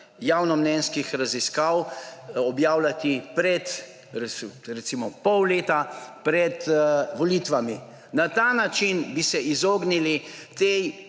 javnomnenjskih raziskav ne bi smelo objavljati recimo pol leta pred volitvami. Na ta način bi se izognili tej